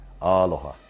Aloha